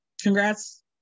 congrats